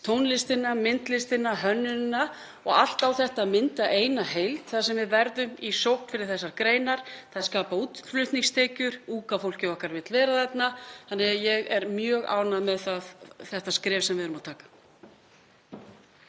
tónlistina, myndlistina, hönnunina, og allt á þetta að mynda eina heild þar sem við verðum í sókn fyrir þessar greinar. Þær skapa útflutningstekjur. Unga fólkið okkar vill vera þarna. Þannig að ég er mjög ánægð með þetta skref sem við erum að taka.